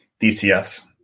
DCS